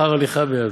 שכר הליכה בידו,